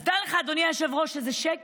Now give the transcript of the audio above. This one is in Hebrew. אז דע לך, אדוני היושב-ראש, שזה שקר.